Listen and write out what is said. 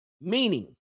meaning